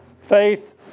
Faith